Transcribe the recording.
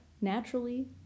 naturally